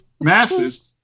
masses